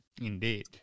Indeed